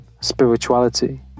spirituality